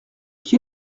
qui